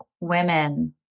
women